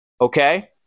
okay